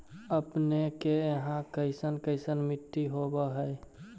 अपने के यहाँ कैसन कैसन मिट्टी होब है?